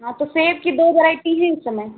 हाँ तो सेब की दो वराइटी हैं इस समय